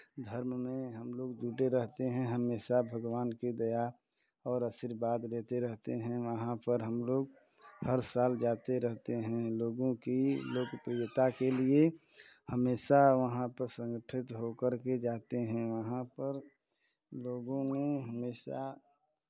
धर्म में हम लोग जुटे रहते हैं हमेशा भगवान की दया और आशिर्वाद लेते रहते हैं वहाँ पर हम लोग हर साल जाते रहते हैं लोगों की लोकप्रियता के लिए हमेशा वहाँ पर संगठित होकर के जाते हैं वहाँ पर लोगों ने हमेशा